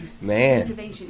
man